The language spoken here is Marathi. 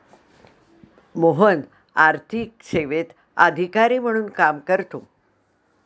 मोहन आर्थिक सेवेत अधिकारी म्हणून काम करतो